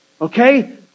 okay